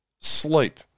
sleep